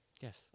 Yes